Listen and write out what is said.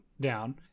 down